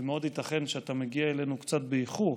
מאוד ייתכן שאתה מגיע אלינו קצת באיחור,